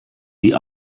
die